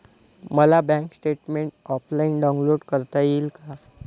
मला bank statement offline download करता येईल का?